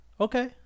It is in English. okay